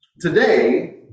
Today